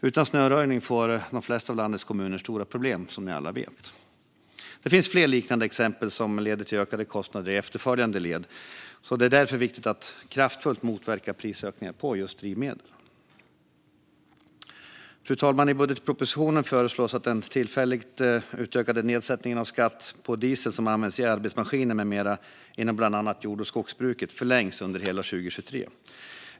Utan snöröjning får de flesta av landets kommuner stora problem, som ni alla vet. Det finns fler liknande exempel som leder till ökade kostnader i efterföljande led i produktions och tjänstekedjor. Därför är det viktigt att kraftfullt motverka prisökningar på drivmedel. Fru talman! I budgetpropositionen föreslås att den tillfälligt utökade nedsättningen av skatt på diesel som används i arbetsmaskiner med mera inom bland annat jord och skogsbruket ska förlängas under hela 2023.